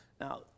Now